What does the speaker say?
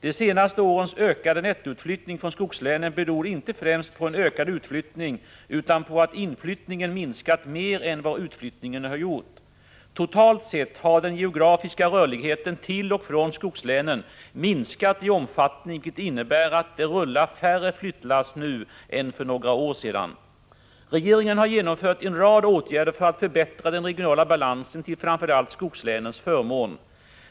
De senaste årens ökade nettoutflyttning från skogslänen beror inte främst på en ökad utflyttning utan på att inflyttningen minskat mer än vad utflyttningen gjort. Totalt sett har den geografiska rörligheten till och från skogslänen minskat i omfattning, vilket innebär att det rullar färre flyttlass nu än för några år sedan. Regeringen har genomfört en rad åtgärder för att förbättra den regionala balansen till framför allt skogslänens förmån.